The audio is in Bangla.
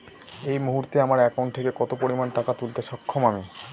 এই মুহূর্তে আমার একাউন্ট থেকে কত পরিমান টাকা তুলতে সক্ষম আমি?